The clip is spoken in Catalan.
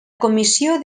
comissió